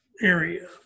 area